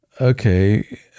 Okay